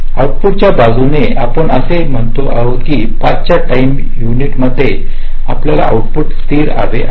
आऊटपुटच्या बाजूने आपण असे म्हणत आहोत की 5 च्या टाइम युनिटमध्ये मला आउटपुट स्थिर हवे आहे